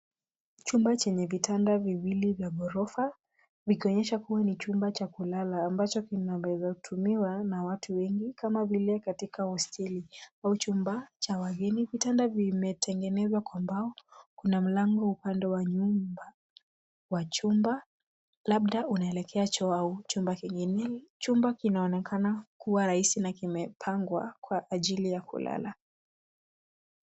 Chumba chenye vitanda viwili vya ghorofa vikionyesha kuwa ni chumba cha kulala ambacho kinaweza tumiwa na watu wengi. Kama vile katika hosteli au chumba ama kitanda cha wageni. Vitanda vimetegenezwa kwa mbao. Kuna mlango upande wa nyuma wa chumba labda unaelekea choo au chumba kingine. Chumba kinaonekana kuwa rahisi na kimepangwa kwa ajili ya kulala.